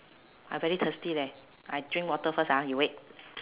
I very thirsty leh I drink water first ah you wait